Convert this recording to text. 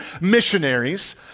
missionaries